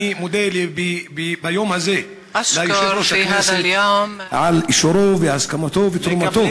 אני מודה ביום הזה ליושב-ראש הכנסת על אישורו והסכמתו ותרומתו,